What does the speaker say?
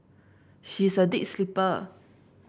she is a deep sleeper